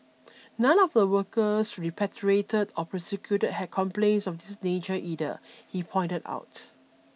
none of the workers repatriated or prosecuted had complaints of this nature either he pointed out